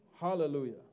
Hallelujah